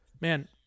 Man